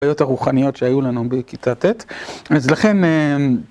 הרוחניות שהיו לנו בכיתה ט, אז לכן